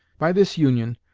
by this union,